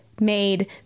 made